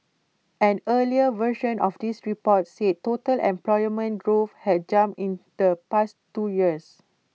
an earlier version of this report said total employment growth had jumped in the past two years